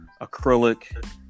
acrylic